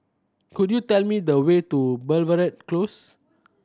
could you tell me the way to Belvedere Close